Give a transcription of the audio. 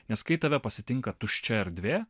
nes kai tave pasitinka tuščia erdvė